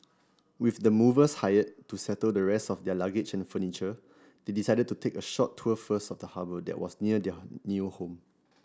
with the movers hired to settle the rest of their luggage and furniture they decided to take a short tour first of the harbour that was near their new home